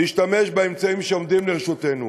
להשתמש באמצעים שעומדים לרשותנו.